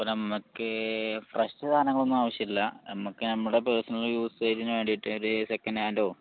അപ്പം നമ്മൾക്ക് ഫ്രഷ് സാധനങ്ങളൊന്നും ആവശ്യമില്ല നമുക്ക് നമ്മുടെ പേഴ്സണൽ യുസേജിന് വേണ്ടിയിട്ട് ഒരു സെക്കൻഡ് ഹാൻഡോ